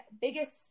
biggest